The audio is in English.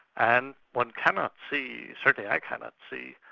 and one cannot see, certainly i cannot see,